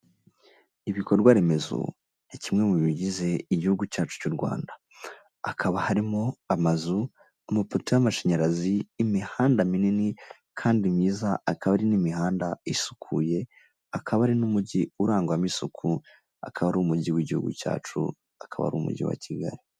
Ibikorwaremezo ni kimwe mu bigize igihugu cyacu cy'u Rwanda hakaba harimo amazu, amapoto y'amashanyarazi, imihanda minini kandi myiza, akaba ari n'imihanda isukuye, akaba ari n'umujyi urangwamo isuku, akaba ari umujyi w'igihugu cyacu akaba ari umujyi wa Kigali.